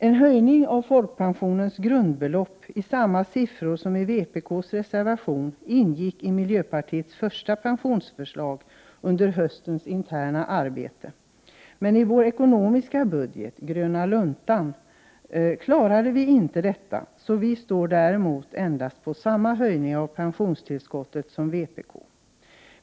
En höjning av folkpensionens grundbelopp till samma nivå som vpk föreslår i sin reservation ingick i miljöpartiets första pensionsförslag under höstens interna arbete, men i vår ekonomiska budget, den gröna luntan, klarade vi inte detta och föreslår därför endast samma höjning av pensionstillskottet som vpk föreslår.